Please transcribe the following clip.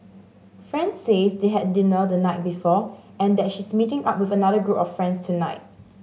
friend says they had dinner the night before and that she's meeting up with another group of friends tonight